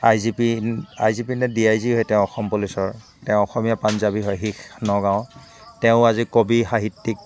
I G P I G P নে D I G হয় তেওঁ অসম পুলিচৰ তেওঁ অসমীয়া পাঞ্জাৱী হয় শিখ নগাঁৱৰ তেওঁ আজি কবি সাহিত্যিক